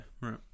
right